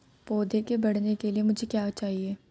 पौधे के बढ़ने के लिए मुझे क्या चाहिए?